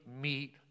meet